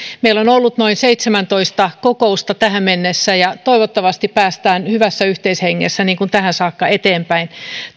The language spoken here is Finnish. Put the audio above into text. meillä on ollut noin seitsemäntoista kokousta tähän mennessä ja toivottavasti päästään eteenpäin hyvässä yhteishengessä niin kuin tähän saakka